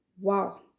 Wow